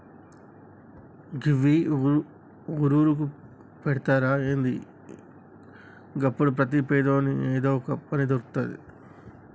గివ్వి ఊరూరుకు పెడ్తరా ఏంది? గప్పుడు ప్రతి పేదోని ఏదో పని దొర్కుతది